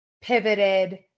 pivoted